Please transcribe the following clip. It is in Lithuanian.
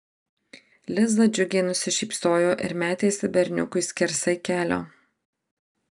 liza džiugiai nusišypsojo ir metėsi berniukui skersai kelio